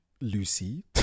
lucy